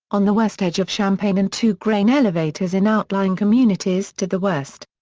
on the west edge of champaign and two grain elevators in outlying communities to the west.